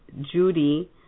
Judy